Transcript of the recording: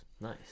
Nice